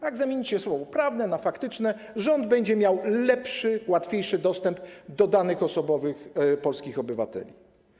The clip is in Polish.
Jak zamienicie słowo „prawne” na „faktyczne”, rząd będzie miał lepszy, łatwiejszy dostęp do danych osobowych polskich obywateli.